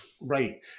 Right